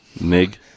nig